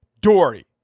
Dory